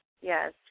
Yes